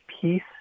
peace